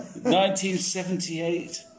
1978